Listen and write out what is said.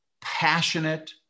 passionate